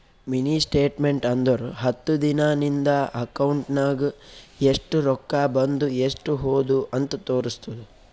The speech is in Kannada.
ಮಿನಿ ಸ್ಟೇಟ್ಮೆಂಟ್ ಅಂದುರ್ ಹತ್ತು ದಿನಾ ನಿಂದ ಅಕೌಂಟ್ ನಾಗ್ ಎಸ್ಟ್ ರೊಕ್ಕಾ ಬಂದು ಎಸ್ಟ್ ಹೋದು ಅಂತ್ ತೋರುಸ್ತುದ್